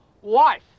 wife